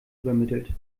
übermittelt